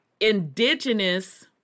indigenous